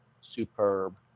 superb